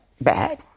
bad